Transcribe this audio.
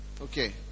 Okay